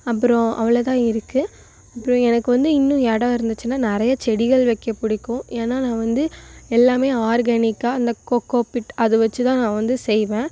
அப்புறோம் அவ்வளோ தான் இருக்கு அப்புறோம் எனக்கு வந்து இன்னும் இடோம் இருந்துச்சின்னா நிறைய செடிகள் வைக்க பிடிக்கும் ஏன்னா நான் வந்து எல்லாமே ஆர்கானிக்கா அந்த கொக்கோ பிட் அது வச்சி தான் நான் வந்து செய்வேன்